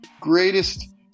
greatest